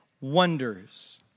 wonders